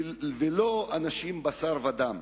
ולא אנשים בשר ודם.